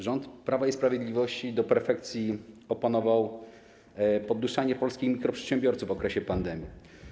Rząd Prawa i Sprawiedliwości do perfekcji opanował podduszanie polskich mikroprzedsiębiorców w okresie pandemii.